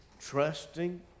Trusting